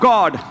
God